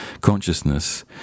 consciousness